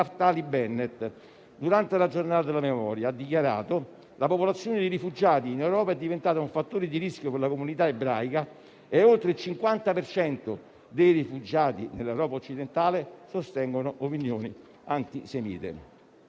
il quale durante la Giornata della Memoria ha dichiarato: «La popolazione di rifugiati in Europa è diventata un fattore di rischio per la comunità ebraica» e «oltre il 50 per cento dei rifugiati nell'Europa occidentale sostengono opinioni antisemite».